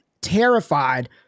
terrified